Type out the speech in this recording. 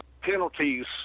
penalties